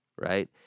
right